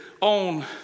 on